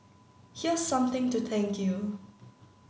here's something to thank you